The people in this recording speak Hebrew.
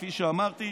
כפי שאמרתי,